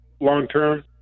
long-term